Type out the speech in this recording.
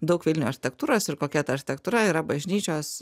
daug vilniuj architektūros ir kokia ta architektūra yra bažnyčios